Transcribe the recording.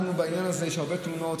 בעניין הזה יש הרבה תלונות,